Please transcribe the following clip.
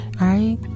Right